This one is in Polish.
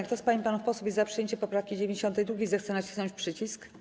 Kto z pań i panów posłów jest za przyjęciem poprawki 92., zechce nacisnąć przycisk.